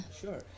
Sure